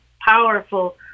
powerful